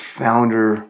founder